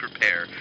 prepare